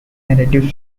narrative